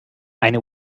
eine